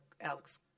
Alex